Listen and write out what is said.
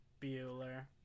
Bueller